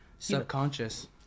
Subconscious